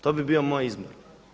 To bi bio moj izbor.